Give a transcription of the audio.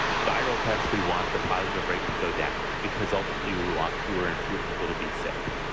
viral tests, we want the positive rate to go down because ultimately we we want fewer and fewer people to be sick.